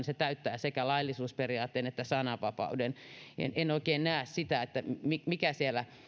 se täyttää sekä laillisuusperiaatteen että sananvapauden en oikein näe sitä että mikä siellä